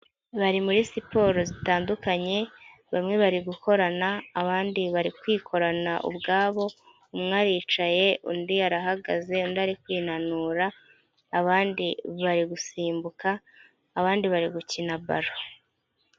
Bari muri siporo zitandukanye, bamwe bari gukorana, abandi bari kwikorana ubwabo, umwe aricaye, undi arahagaze, undi ari kwinanura, abandi bari gusimbuka, abandi bari gukina baro.